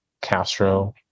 Castro